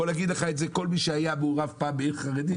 יכול להגיד לך את זה כל מי שהיה מעורב פעם בעיר חרדית,